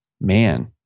man